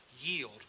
yield